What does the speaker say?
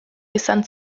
izan